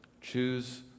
Choose